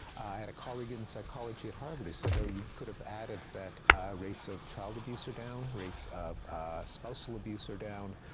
i had a colleague in psychology at harvard who said, oh, you could have added that rates of child abuse are down, rates of spousal abuse are down,